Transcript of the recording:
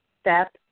step